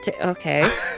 okay